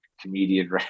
comedian